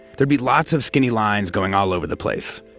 there'd be lots of skinny lines going all over the place.